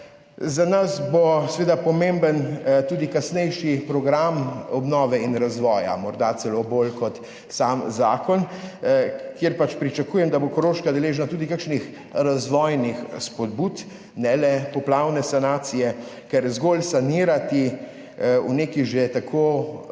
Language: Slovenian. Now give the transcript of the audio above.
Za nas bo seveda pomemben tudi kasnejši program obnove in razvoja, morda celo bolj kot sam zakon, kjer pričakujem, da bo Koroška deležna tudi kakšnih razvojnih spodbud, ne le poplavne sanacije, ker zgolj sanirati v neki že tako